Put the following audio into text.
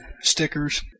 stickers